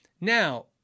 Now